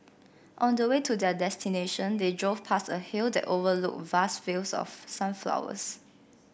on the way to their destination they drove past a hill that overlooked vast fields of sunflowers